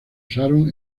usaron